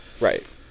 Right